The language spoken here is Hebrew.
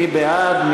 מי בעד?